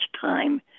time